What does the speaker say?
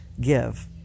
give